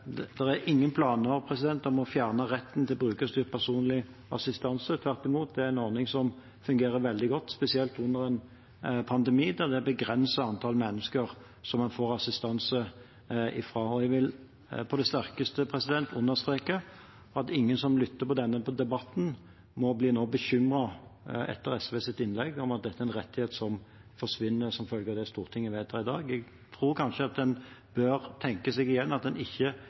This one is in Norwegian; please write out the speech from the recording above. er ingen planer om å fjerne retten til brukerstyrt personlig assistanse. Tvert imot – det er en ordning som fungerer veldig godt, spesielt under en pandemi, der det er et begrenset antall mennesker en får assistanse fra. Jeg vil på det sterkeste understreke at ingen som lytter til denne debatten, etter SVs innlegg nå må bli bekymret for at dette er en rettighet som forsvinner som følge at det Stortinget vedtar i dag. Jeg tror kanskje en bør tenke at en i denne debatten ikke